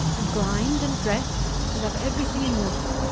and grind and dress, and have every thing in order.